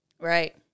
Right